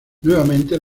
nuevamente